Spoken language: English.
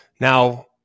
Now